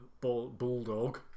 Bulldog